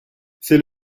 c’est